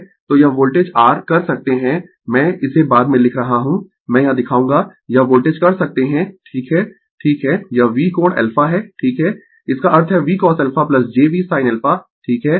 तो यह voltage r कर सकते है मैं इसे बाद में लिख रहा हूं मैं यह दिखाऊंगा यह वोल्टेज कर सकते है ठीक है ठीक है यह V कोण α है ठीक है इसका अर्थ है VCosα j V sin α ठीक है